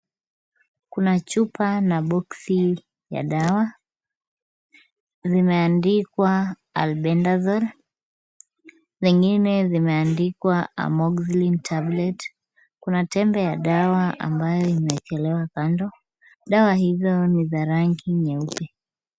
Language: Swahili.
Kuna chupa na box ya dawa, zimandikwa Albendazol, zingine zimeandikwa amoxyl tablet . Kuna tembe ya dawa ambayo imewekelewa kando. Dawa hizo ni za rangi nyeupe.